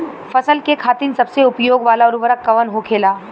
फसल के खातिन सबसे उपयोग वाला उर्वरक कवन होखेला?